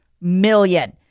million